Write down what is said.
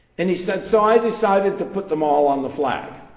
and he said, so i decided to put them all on the flag.